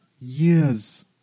years